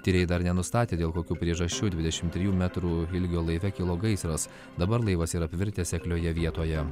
tyrėjai dar nenustatė dėl kokių priežasčių dvidešimt metrų metrų ilgio laive kilo gaisras dabar laivas yra apvirtęs seklioje vietoje